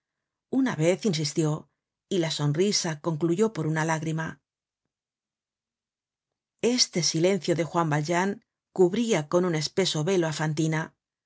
una vez insistió y la sonrisa concluyó por una lágrima este silencio de juan valjean cubria con un espeso velo á fantina